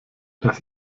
das